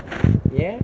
ya